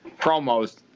promos